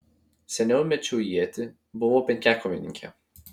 seniau mėčiau ietį buvau penkiakovininkė